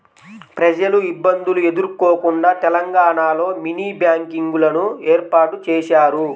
ప్రజలు ఇబ్బందులు ఎదుర్కోకుండా తెలంగాణలో మినీ బ్యాంకింగ్ లను ఏర్పాటు చేశారు